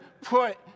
put